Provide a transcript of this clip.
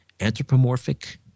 anthropomorphic